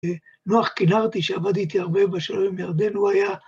נח כנרתי, שעבד איתי הרבה בשלום עם ירדן, הוא היה...